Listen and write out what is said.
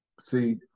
See